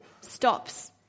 stops